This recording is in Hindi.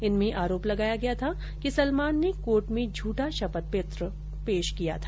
इनमें आरोप लगाया गया था कि सलमान ने कोर्ट में झुठा शपथ पत्र पेश किया था